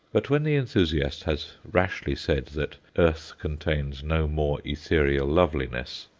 but when the enthusiast has rashly said that earth contains no more ethereal loveliness,